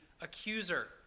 accuser